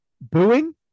booing